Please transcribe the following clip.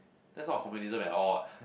that's not a communism at all what